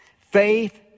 Faith